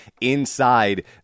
inside